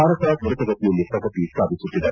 ಭಾರತ ತ್ವರಿತಗತಿಯಲ್ಲಿ ಪ್ರಗತಿ ಸಾಧಿಸುತ್ತಿದೆ